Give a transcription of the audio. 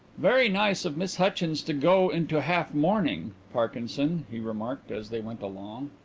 very nice of miss hutchins to go into half-mourning, parkinson, he remarked as they went along.